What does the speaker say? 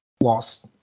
lost